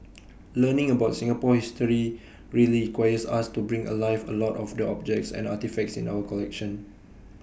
learning about Singapore history really requires us to bring alive A lot of the objects and artefacts in our collection